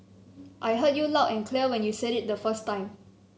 I heard you loud and clear when you said it the first time